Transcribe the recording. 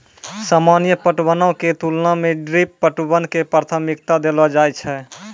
सामान्य पटवनो के तुलना मे ड्रिप पटवन के प्राथमिकता देलो जाय छै